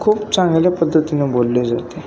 खूप चांगल्या पद्धतीने बोलली जाते